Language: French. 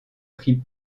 pris